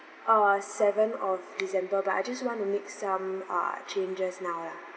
uh seventh of december but I just want to make some uh changes now lah